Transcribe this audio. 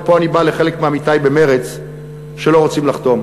ופה אני בא לחלק מעמיתי במרצ שלא רוצים לחתום: